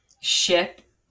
ship